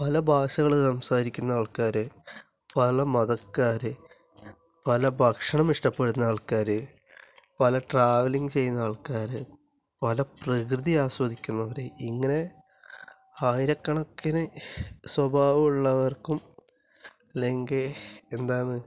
പല ഭാഷകള് സംസാരിക്കുന്ന ആൾക്കാര് പല മതക്കാര് പല ഭക്ഷണം ഇഷ്ടപ്പെടുന്ന ആൾക്കാര് പല ട്രാവലിങ് ചെയ്യുന്ന ആൾക്കാര് പല പ്രകൃതി ആസ്വദിക്കുന്നവര് ഇങ്ങനെ ആയിരക്കണക്കിന് സ്വഭാവമുള്ളവർക്കും അല്ലെങ്കിൽ എന്താന്ന്